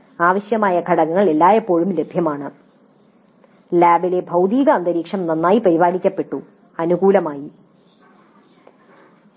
" "ആവശ്യമായ ഘടകങ്ങൾ എല്ലായ്പ്പോഴും ലഭ്യമാണ്" "ലാബിലെ ഭൌതിക അന്തരീക്ഷം നന്നായി പരിപാലിക്കപ്പെട്ടു അനുകൂലമായി"